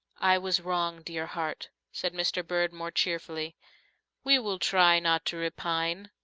i was wrong, dear heart, said mr bird more cheerfully we will try not to repine,